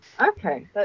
Okay